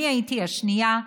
אני הייתי השנייה.